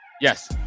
yes